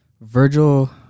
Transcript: Virgil